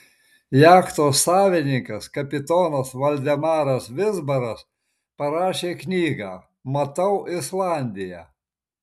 jachtos savininkas kapitonas valdemaras vizbaras parašė knygą matau islandiją